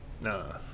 no